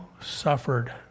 suffered